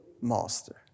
master